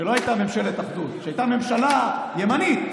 כשלא הייתה ממשלת אחדות, כשהייתה ממשלה ימנית?